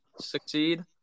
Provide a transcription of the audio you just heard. succeed